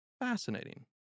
Fascinating